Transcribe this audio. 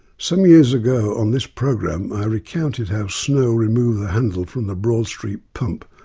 some years ago on this program i recounted how snow removed the handle from the broad street pump,